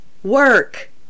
work